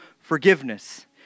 forgiveness